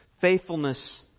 faithfulness